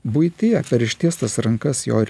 buityje per ištiestas rankas jo ir